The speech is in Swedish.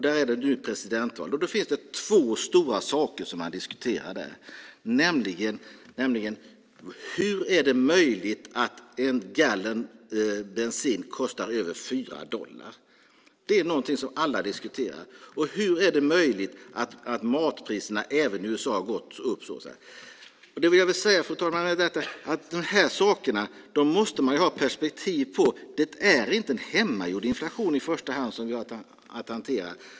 Där ska det bli presidentval, och det är två stora frågor som alla diskuterar: Hur är det möjligt att en gallon bensin kostar över 4 dollar? Hur är det möjligt att matpriserna har gått upp så mycket? Det jag vill säga, fru talman, är därför att man måste ha perspektiv på dessa saker. Det är inte en hemmagjord inflation i första hand som vi har att hantera.